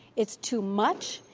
it's too much.